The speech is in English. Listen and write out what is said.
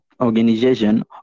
Organization